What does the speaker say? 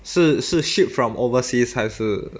是是 ship from overseas 还是